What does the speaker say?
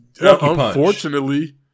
unfortunately